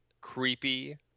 creepy